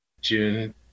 June